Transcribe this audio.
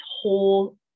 whole